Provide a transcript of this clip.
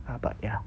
!huh! but ya